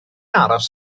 aros